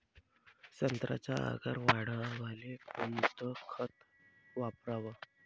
संत्र्याचा आकार वाढवाले कोणतं खत वापराव?